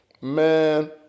Man